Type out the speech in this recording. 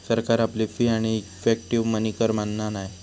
सरकार आपली फी आणि इफेक्टीव मनी कर मानना नाय